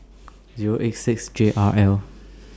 Zero eight six J R L